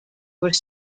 were